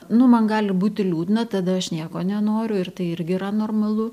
nu man gali būti liūdna tada aš nieko nenoriu ir tai irgi yra normalu